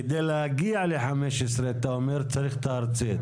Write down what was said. כדי להגיע ל-15% צריך את הארצית.